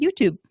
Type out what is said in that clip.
YouTube